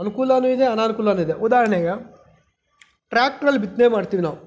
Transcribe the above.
ಅನುಕೂಲವೂ ಇದೆ ಅನಾನುಕೂಲವೂ ಇದೆ ಉದಾಹರಣೆಗೆ ಟ್ರ್ಯಾಕ್ಟ್ರಲ್ಲಿ ಬಿತ್ತನೆ ಮಾಡ್ತೀವಿ ನಾವು